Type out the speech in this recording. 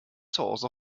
source